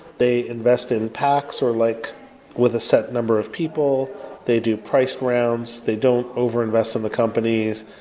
they invest in packs or like with a set number of people. they do price realms. they don't overinvest on the companies.